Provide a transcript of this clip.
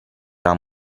era